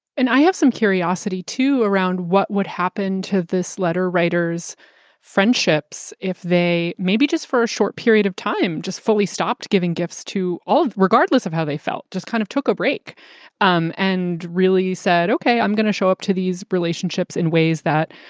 and i have some curiosity, too, around what would happen to this letter. writers friendships, if they maybe just for a short period of time, just fully stopped giving gifts to all, regardless of how they felt. just kind of took a break um and really said, ok, i'm going gonna show up to these relationships in ways that,